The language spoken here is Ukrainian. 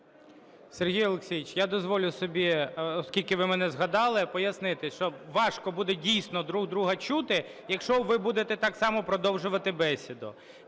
Сергій Олексійович, я дозволю собі, оскільки ви мене згадали, пояснити, що важко буде дійсно друг друга чути, якщо ви будете так само продовжувати бесіду.